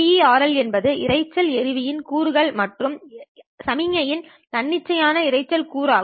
BeRL என்பது இரைச்சல் எறிவின் கூறுகள் மற்றும் சமிக்ஞையின் தன்னிச்சையான இரைச்சல் கூறு ஆகும்